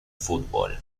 fútbol